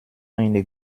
eine